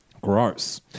Gross